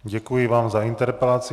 Děkuji vám za interpelaci.